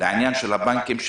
לעניין הבנקים,